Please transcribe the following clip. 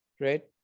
right